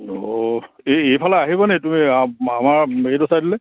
অঁ এই এইফালে আহিব নি তুমি আমাৰ এইটো চাইডলৈ